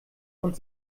und